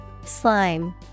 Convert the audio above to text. Slime